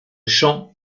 champ